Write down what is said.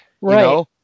Right